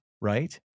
right